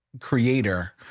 creator